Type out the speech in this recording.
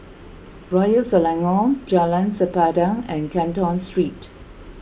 Royal Selangor Jalan Sempadan and Canton Street